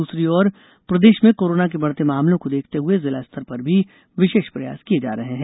दूसरी ओर प्रदेश में कोरोना के बढ़ते मामलों को देखते हुए जिलास्तर पर भी विशेष प्रयास किये जा रहे हैं